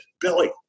Billy